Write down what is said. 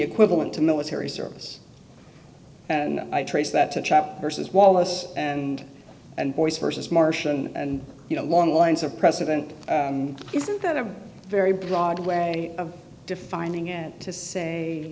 equivalent to military service and i trace that to chop versus wallace and and voice versus marshall and you know long lines of precedent isn't that a very broad way of defining it to say